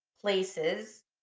places